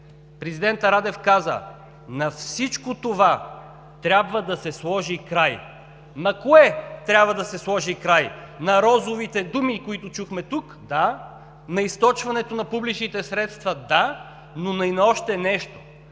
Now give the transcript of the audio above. Президентът Радев каза: „На всичко това трябва да се сложи край!“ На кое трябва да се сложи край? На розовите думи, които чухме тук? Да, на източването на публичните средства – да, но и на още нещо